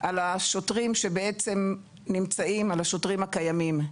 על השוטרים שנמצאים, על השוטרים הקיימים.